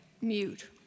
mute